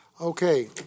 Okay